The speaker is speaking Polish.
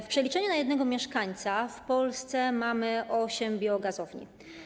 W przeliczeniu na jednego mieszkańca w Polsce mamy osiem biogazowni.